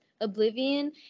Oblivion